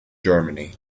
germany